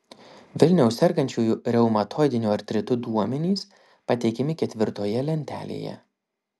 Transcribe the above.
vilniaus sergančiųjų reumatoidiniu artritu duomenys pateikiami ketvirtoje lentelėje